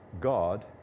God